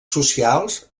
socials